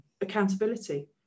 accountability